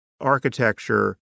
architecture